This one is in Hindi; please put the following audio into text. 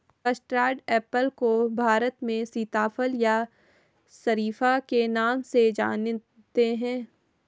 कस्टर्ड एप्पल को भारत में सीताफल या शरीफा के नाम से जानते हैं